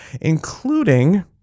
including